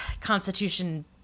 constitution